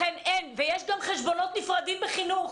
יש גם חשבונות נפרדים בחינוך.